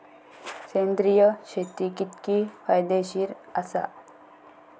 सेंद्रिय शेती कितकी फायदेशीर आसा?